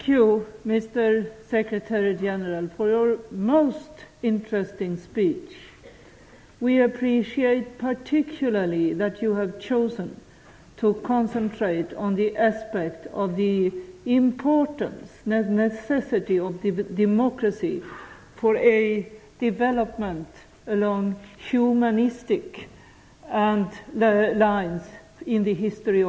Tack så mycket, herr generalsekreterare, för ett ytterst intressant tal. Vi uppskattar alldeles särskilt att ni har valt att koncentrera er på hur viktigt och nödvändigt det är med demokrati om man skall få till stånd en utveckling som är humanistisk i mänsklighetens historia.